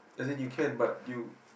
as in you can but you